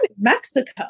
Mexico